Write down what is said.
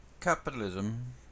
Capitalism